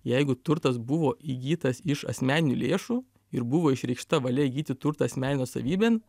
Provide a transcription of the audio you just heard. jeigu turtas buvo įgytas iš asmeninių lėšų ir buvo išreikšta valia įgyti turtą asmeninėn nuosavybėn